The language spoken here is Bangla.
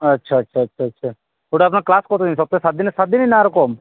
আচ্ছা আচ্ছা আচ্ছা আচ্ছা ওটা আপনার ক্লাস কত দিন সপ্তাহের সাত দিনের সাত দিনই না আরও কম